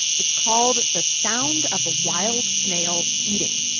it's called the sound of a wild snail eating.